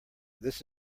this